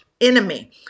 enemy